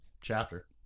chapter